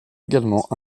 également